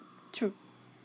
true